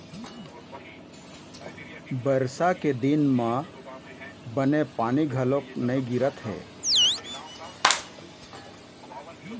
बरसा के दिन म बने पानी घलोक नइ गिरत हे